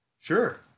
Sure